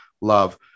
love